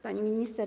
Pani Minister!